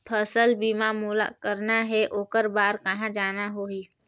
फसल बीमा मोला करना हे ओकर बार कहा जाना होही?